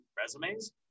resumes